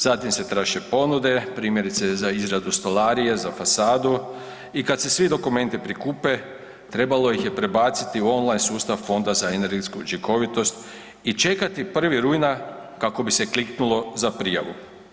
Zatim se traže ponude, primjerice, za izradu stolarije, za fasadu i kad se svi dokumenti prikupe, trebalo ih je prebaciti u online sustav Fonda za energetsku učinkovitost i čekati 1. rujna kako bi se kliknulo za prijavu.